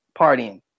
partying